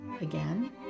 Again